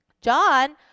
John